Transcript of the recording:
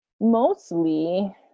mostly